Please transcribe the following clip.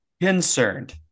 concerned